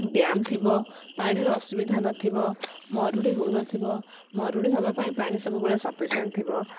dam ଥିବ ପାଣିର ଅସୁବିଧା ନଥିବ ମରୁଡ଼ି ହଉନଥିବ ମରୁଡ଼ି ହବାପାଇଁ ପାଣି ସବୁବେଳେ ସଫିସେଣ୍ଟ ଥିବ